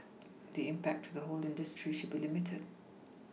the impact to the whole industry should be limited